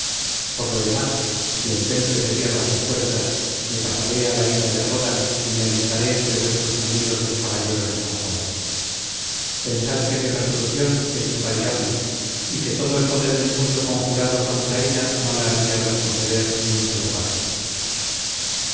por lo demás si el temple me cierra sus puertas me pasaré a la isla de rodas y me alistaré entre vuestros enemigos los caballeros de san juan pensad que mi resolución es invariable y que todo el poder del mundo conjurado contra ella no la haría retroceder ni un solo paso